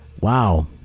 wow